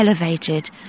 elevated